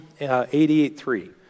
88.3